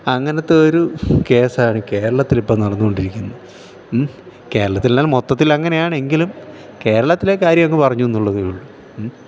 അങ്ങനത്തെ ഒരു കേസാണ് കേരളത്തിലിപ്പം നടന്നുകൊണ്ടിരിക്കുന്നത് കേരളത്തിലല്ല മൊത്തത്തിൽ അങ്ങനെയാണെങ്കിലും കേരളത്തിലെ കാര്യം അങ് പറഞ്ഞൂള്ളതേള്ളു